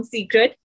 Secret